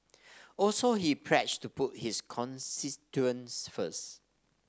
also he pledged to put his constituents first